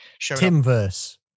Timverse